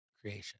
creation